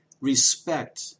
respect